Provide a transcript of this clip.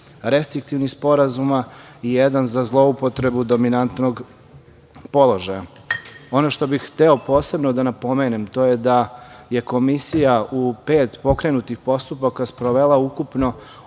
restriktivnih sporazuma i jedan za zloupotrebu dominantnog položaja. Ono što bih hteo posebno da napomenem, to je da je Komisija u pet pokrenutih postupaka sprovela ukupno